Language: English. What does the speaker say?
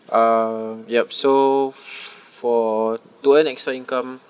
um yup so for to earn extra income